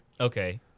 Okay